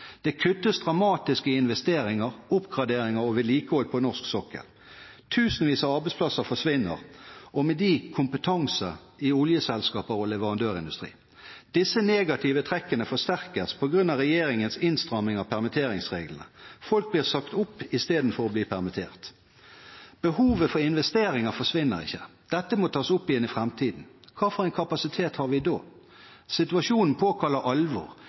Det kuttes dramatisk i investeringer, oppgradering og vedlikehold på norsk sokkel. Tusenvis av arbeidsplasser forsvinner, og med dem kompetanse i oljeselskaper og leverandørindustri. Disse negative trekkene forsterkes på grunn av regjeringens innstramming av permitteringsreglene. Folk blir sagt opp istedenfor å bli permittert. Behovet for investeringer forsvinner ikke. Dette må tas opp igjen i framtiden. Hvilken kapasitet har vi da? Situasjonen påkaller alvor,